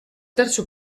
terzo